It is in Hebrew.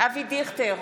אבי דיכטר,